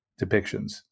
depictions